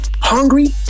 hungry